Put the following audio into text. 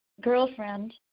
girlfriend